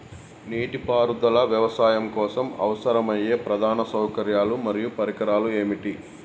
నీటిపారుదల వ్యవసాయం కోసం అవసరమయ్యే ప్రధాన సౌకర్యాలు మరియు పరికరాలు ఏమిటి?